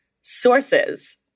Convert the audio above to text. sources